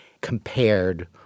compared